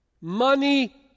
Money